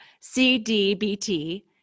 CDBT